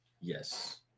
Yes